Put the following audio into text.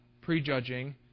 prejudging